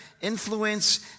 influence